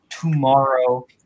tomorrow